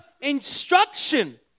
instruction